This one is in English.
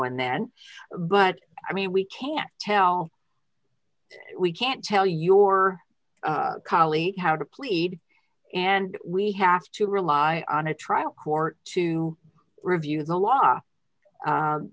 and then but i mean we can't tell we can't tell your collie how to plead and we have to rely on a trial court to review the law